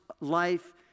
life